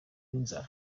n’inzara